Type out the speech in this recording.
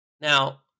Now